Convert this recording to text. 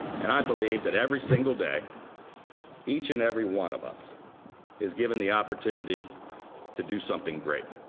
and i believe that every single day each and every one of us is given the opportunity to do something great.